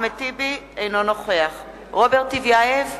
אינו נוכח רוברט טיבייב,